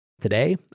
Today